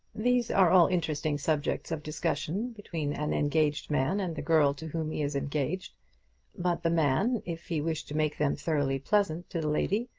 these are all interesting subjects of discussion between an engaged man and the girl to whom he is engaged but the man, if he wish to make them thoroughly pleasant to the lady,